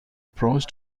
approach